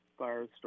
Firestorm